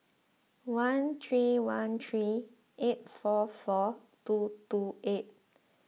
one three one three eight four four two two eight